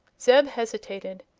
zeb hesitated.